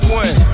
one